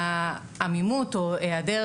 העמימות או היעדר